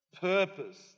purpose